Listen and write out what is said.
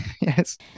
yes